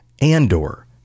Andor